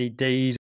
LEDs